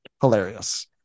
hilarious